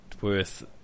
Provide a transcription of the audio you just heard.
worth